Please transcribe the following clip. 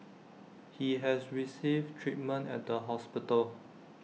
he has received treatment at the hospital